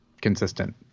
consistent